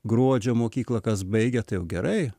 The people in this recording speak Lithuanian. gruodžio mokyklą kas baigia tai jau gerai